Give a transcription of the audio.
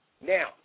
Now